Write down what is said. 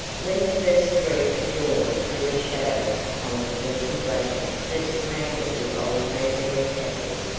when the first streak of dawn threw its shadow upon the fleecy blanket that surrounded the old mayberry castle,